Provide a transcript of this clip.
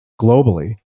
globally